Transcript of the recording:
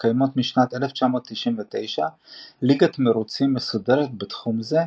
מתקיימת משנת 1999 ליגת מרוצים מסודרת בתחום זה,